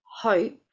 hope